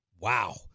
Wow